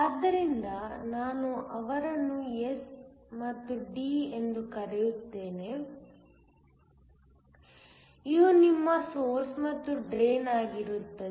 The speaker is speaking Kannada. ಆದ್ದರಿಂದ ನಾನು ಅವರನ್ನು S ಮತ್ತು D ಎಂದು ಕರೆಯುತ್ತೇನೆ ಇವು ನಿಮ್ಮ ಸೊರ್ಸ್ ಮತ್ತು ಡ್ರೈನ್ ಆಗಿರುತ್ತಾರೆ